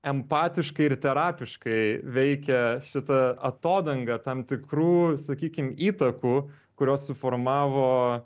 empatiškai ir terapiškai veikia šita atodanga tam tikrų sakykim įtakų kurios suformavo